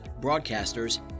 broadcasters